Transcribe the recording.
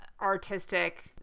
artistic –